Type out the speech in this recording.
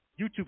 YouTube